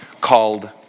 called